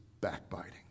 backbiting